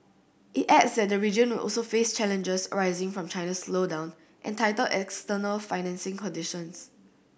it adds that the region will also face challenges arising from China's slowdown and tighter external financing conditions